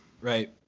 Right